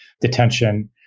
detention